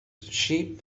sheep